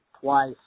twice